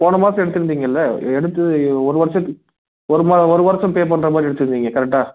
போன மாசம் எடுத்துருந்திங்கள்ல எடுத்து ஒரு வருஷத்து ஒரு மாதம் ஒரு வருஷம் பே பண்ணுற மாதிரி எடுத்துருந்திங்க கரெக்டா